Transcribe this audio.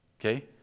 Okay